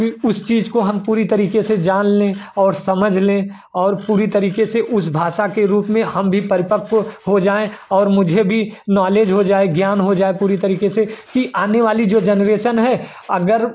कि उस चीज़ को हम पूरी तरीके से जान लें और समझ लें और पूरी तरीके से उस भाषा के रूप में हम भी परिपक्व हो जाएँ और मुझे भी नॉलेज हो जाए ज्ञान हो जाए पूरी तरीके से कि आने वाली जो जनरेसन है अगर